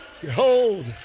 Behold